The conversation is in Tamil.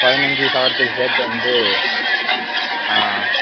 பதினஞ்சு சவரத்துக்கு சேர்த்து வந்து